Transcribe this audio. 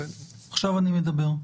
עכשיו אני מדבר.